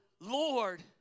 Lord